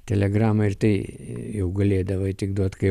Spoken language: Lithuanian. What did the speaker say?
telegramą ir tai jau galėdavai tik duot kai